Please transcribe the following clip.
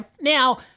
Now